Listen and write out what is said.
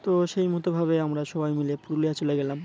তো সেই মতোভাবে আমরা সবাই মিলে পুরুলিয়া চলে গেলাম